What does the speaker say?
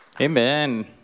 Amen